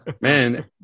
Man